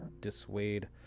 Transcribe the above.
dissuade